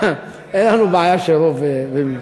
אין לנו בעיה של רוב.